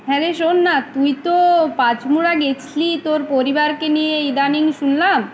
হ্যাঁ রে শোন না তুই তো পাঁচমোড়া গেছলি তোর পরিবারকে নিয়ে ইদানিং শুনলাম